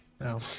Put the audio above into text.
No